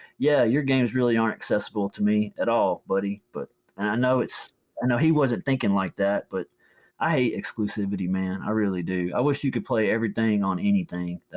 yeah, your game's really aren't accessible to me at all, buddy. but and i know it's, i know he wasn't thinking like that but i hate exclusivity man. i really do. i wish you could play everything on anything.